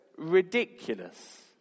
ridiculous